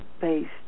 based